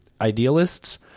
idealists